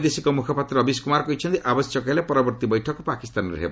ବୈଦେଶିକ ମୁଖପାତ୍ର ରବିଶ କୁମାର କହିଛନ୍ତି ଆବଶ୍ୟକ ହେଲେ ପରବର୍ତ୍ତୀ ବୈଠକ ପାକିସ୍ତାନରେ ହେବ